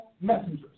messengers